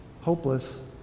hopeless